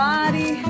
Body